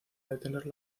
detener